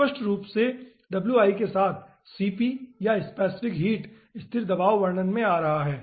स्पष्ट रूप से के साथ cp या स्पेसिफिक हीट स्थिर दबाव वर्णन में आ रहा है